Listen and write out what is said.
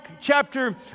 chapter